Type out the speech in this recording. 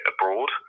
abroad